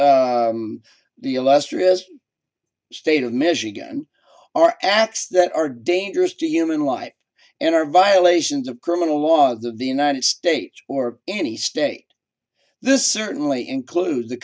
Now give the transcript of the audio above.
is state of michigan are acts that are dangerous to human life and are violations of criminal laws of the united states or any state this certainly includes the